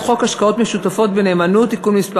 חוק השקעות משותפות בנאמנות (תיקון מס'